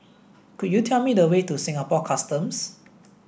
could you tell me the way to Singapore Customs